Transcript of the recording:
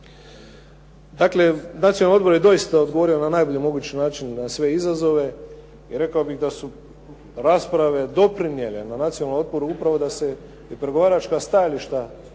Dakle, Nacionalni odbor je doista odgovorio na najbolji mogući način na sve izazove i rekao bih da su rasprave doprinijele na Nacionalnom odboru upravo da se i pregovaračka stajališta